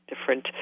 different